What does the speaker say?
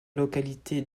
localité